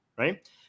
Right